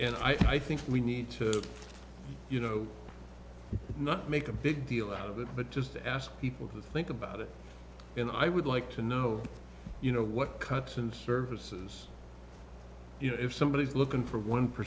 and i think we need to you know not make a big deal out of it but just to ask people to think about it and i would like to know you know what cuts in services you know if somebody is looking for one